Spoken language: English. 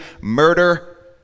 murder